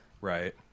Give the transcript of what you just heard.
right